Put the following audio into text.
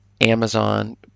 Amazon